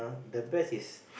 the best is